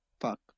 Fuck